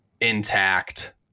intact